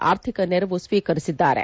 ಆರ್ಥಿಕ ನೆರವು ಸ್ವೀಕರಿಸಿದ್ದಾರೆ